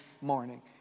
morning